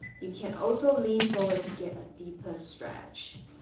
you can also lean forward to get a deeper stretch